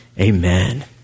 amen